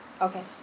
Okay